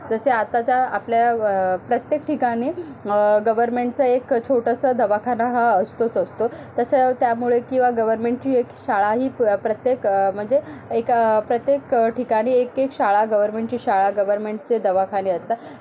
जसे आताच्या आपल्या प्रत्येक ठिकाणी गवर्मेंटचं एक छोटासा दवाखाना हा असतोच असतो तसं त्यामुळे किंवा गवर्मेंटची एक शाळा ही प्रत्येक म्हणजे एका प्रत्येक ठिकाणी एक एक शाळा गवर्मेंटची शाळा गवर्मेंटचे दवाखाने असता ज्या